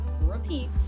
repeat